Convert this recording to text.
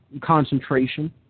concentration